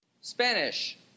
Spanish